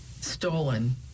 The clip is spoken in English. stolen